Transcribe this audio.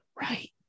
right